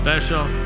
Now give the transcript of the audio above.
Special